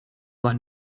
war